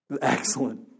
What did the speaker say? Excellent